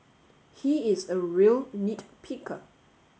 he is a real nit picker